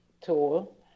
tool